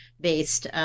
based